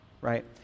right